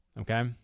Okay